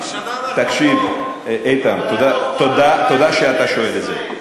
תודה שאתה שואל את זה.